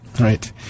Right